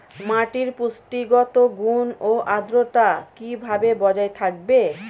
মাটির পুষ্টিগত গুণ ও আদ্রতা কিভাবে বজায় থাকবে?